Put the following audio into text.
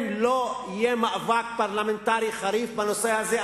אם לא יהיה מאבק פרלמנטרי חריף בנושא הזה,